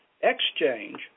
exchange